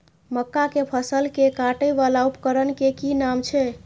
मक्का के फसल कै काटय वाला उपकरण के कि नाम छै?